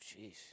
Jeez